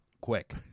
quick